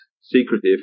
secretive